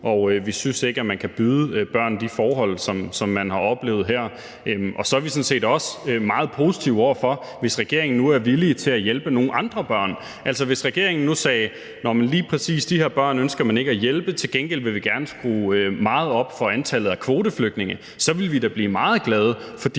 nu. Vi synes ikke, at man kan byde børn de forhold, som man har oplevet her. Så er vi sådan set også meget positive over for, hvis regeringen nu er villige til at hjælpe nogle andre børn. Hvis regeringen nu sagde, at lige præcis de her børn ønsker man ikke at hjælpe, til gengæld vil man gerne skrue meget op for antallet af kvoteflygtninge, så ville vi da blive meget glade. For